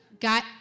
got